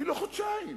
אפילו חודשיים.